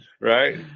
right